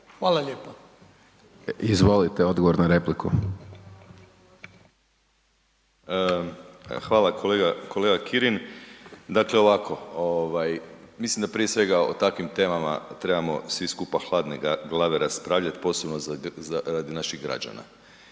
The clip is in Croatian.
**Milošević, Domagoj Ivan (HDZ)** Hvala kolega Kirin. Dakle ovako. Mislim da prije svega o takvim temama trebamo svi skupa hladne glave raspravljati, posebno radi naših građana.